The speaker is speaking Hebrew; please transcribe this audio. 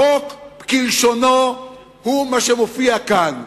החוק כלשונו הוא מה שמופיע כאן.